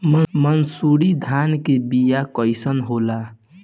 मनसुरी धान के बिया कईसन होला?